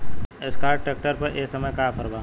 Escort tractor पर ए समय का ऑफ़र बा?